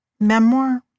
memoir